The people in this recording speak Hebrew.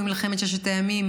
ממלחמת ששת הימים,